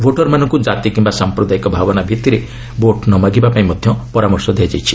ଭୋଟରମାନଙ୍କୁ କାତି କିୟା ସାଂପ୍ରଦାୟିକ ଭାବନା ଭିତ୍ତିରେ ଭୋଟ୍ ନ ମାଗିବା ପାଇଁ ମଧ୍ୟ ପରାମର୍ଶ ଦିଆଯାଇଛି